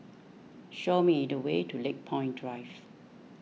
show me the way to Lakepoint Drive